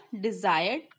desired